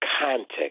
context